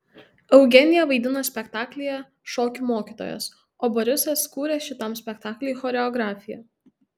eugenija vaidino spektaklyje šokių mokytojas o borisas kūrė šitam spektakliui choreografiją